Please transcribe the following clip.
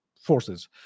forces